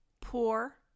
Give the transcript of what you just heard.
poor